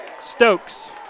Stokes